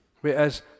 Whereas